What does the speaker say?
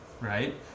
right